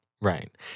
right